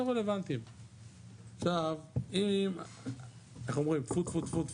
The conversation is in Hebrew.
איך אומרים 'טפו טפו',